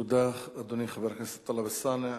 תודה, אדוני, חבר הכנסת טלב אלסאנע.